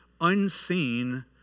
unseen